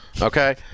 Okay